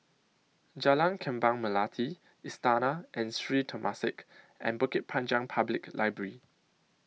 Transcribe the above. Jalan Kembang Melati Istana and Sri Temasek and Bukit Panjang Public Library